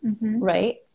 right